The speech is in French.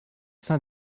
sein